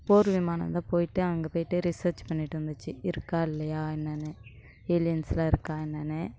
போர் விமானங்கள் போயிட்டு அங்கே போயிட்டு ரிசர்ச் பண்ணிட்டு வந்துச்சு இருக்கா இல்லையா என்னானு ஏலியன்ஸ்லாம் இருக்கா என்னானு